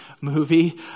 movie